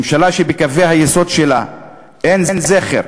ממשלה שבקווי היסוד שלה אין זכר,